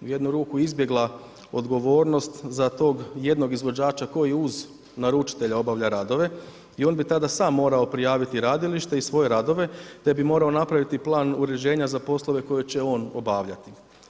u jednu ruku izbjegla odgovornost za tog jednog izvođača koji uz naručitelja obavlja radove i on bi tada sam morao prijaviti radilište i svoje radove, te bi morao napraviti plan uređenja za poslove koje će on obavljati.